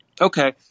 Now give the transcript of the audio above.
Okay